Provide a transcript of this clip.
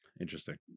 Interesting